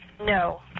No